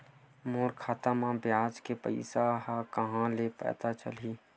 मोर खाता म ब्याज के पईसा ह कहां ले पता चलही?